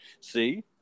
See